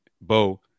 Bo